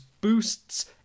boosts